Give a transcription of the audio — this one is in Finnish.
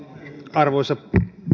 arvoisa